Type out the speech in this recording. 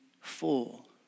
full